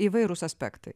įvairūs aspektai